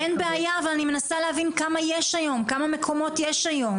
אין בעיה, אבל אני מנסה להבין כמה מקומות יש היום.